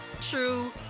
true